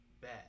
bad